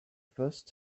first